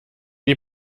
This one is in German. die